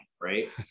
right